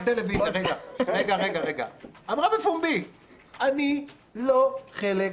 -- מול מסך טלוויזיה: אני לא חלק,